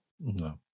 no